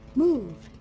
move!